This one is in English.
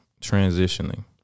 transitioning